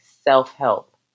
self-help